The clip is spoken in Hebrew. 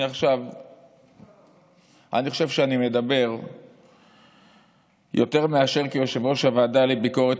אני חושב שיותר מאשר כיושב-ראש הוועדה לביקורת